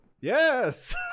Yes